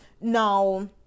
now